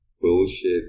bullshit